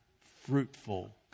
fruitful